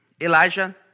Elijah